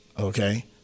Okay